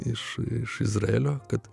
iš izraelio kad